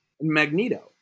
Magneto